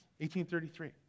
1833